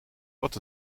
wat